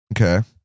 Okay